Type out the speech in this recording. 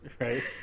Right